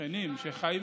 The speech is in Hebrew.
והשכנים שחיים,